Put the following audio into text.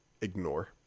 ignore